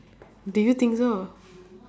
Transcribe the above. did you think so